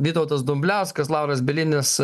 vytautas dumbliauskas lauras bielinis